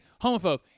homophobe